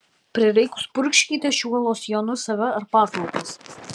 prireikus purkškite šiuo losjonu save ar patalpas